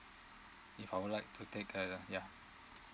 if I would like to take uh ya